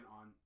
on